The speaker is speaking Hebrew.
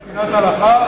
אנחנו מדינת הלכה?